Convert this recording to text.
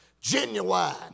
genuine